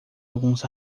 alguns